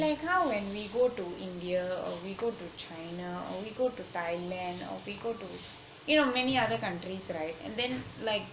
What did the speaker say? it's like how when we go to india or we go to china or we go to thailand or we go to you know many different countries right